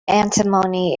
antimony